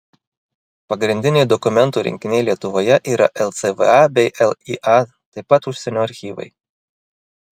pagrindiniai dokumentų rinkiniai lietuvoje yra lcva bei lya taip pat užsienio archyvai